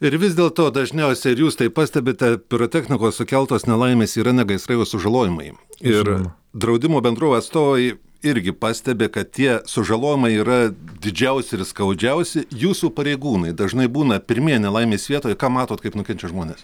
ir vis dėl to dažniausiai ar jūs tai pastebite pirotechnikos sukeltos nelaimės yra ne gaisrai o sužalojimai ir draudimo bendrovių atstovai irgi pastebi kad tie sužalojimai yra didžiausi ir skaudžiausia jūsų pareigūnai dažnai būna pirmieji nelaimės vietoje ką matote kaip nukenčia žmonės